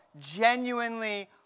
genuinely